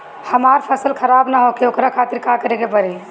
हमर फसल खराब न होखे ओकरा खातिर का करे के परी?